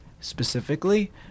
specifically